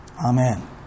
Amen